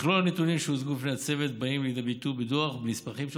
מכלול הנתונים שהוצגו בפני הצוות באים לידי ביטוי בדוח ובנספחים לו,